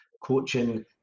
coaching